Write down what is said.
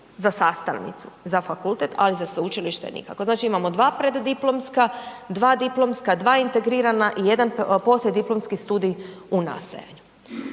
za sastavnicu za fakultet, ali za sveučilište nikako. Znači, imamo 2 preddiplomska, 2 diplomska, 2 integrirana i jedan poslijediplomski studij u nastajanju.